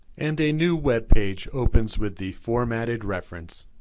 and a new web page opens with the formatted reference.